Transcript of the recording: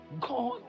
God